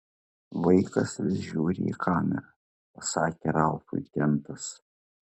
vaikas vis žiūri į kamerą pasakė ralfui kentas